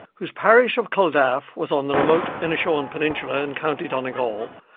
whose parish of culdaff was on the remote inishowen peninsula in county donegal,